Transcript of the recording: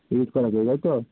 edit তাই তো